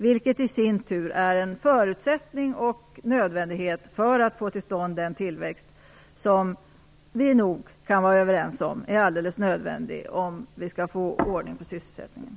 Det är i sin tur en nödvändig förutsättning för att få till stånd den tillväxt som vi nog kan vara överens om är alldeles oundgänglig för att få ordning på sysselsättningen.